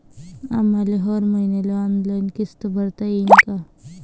आम्हाले हर मईन्याले ऑनलाईन किस्त भरता येईन का?